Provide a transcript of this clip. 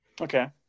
okay